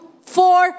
four